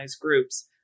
groups